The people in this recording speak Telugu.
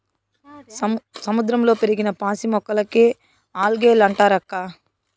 సముద్రంలో పెరిగిన పాసి మొక్కలకే ఆల్గే లంటారక్కా